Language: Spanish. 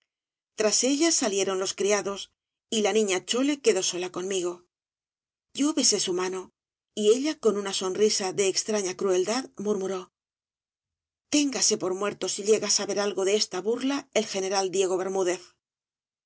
tras ella salieron los criados y la niña chole quedó sola conmigo yo besé su mano y ella con una sonrisa de extraña crueldad murmuró jténgase por muerto si llega á saber algo de esta burla el general diego